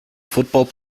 football